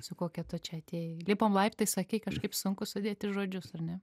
su kokia tu čia atėjai lipom laiptais sakei kažkaip sunku sudėti žodžius ar ne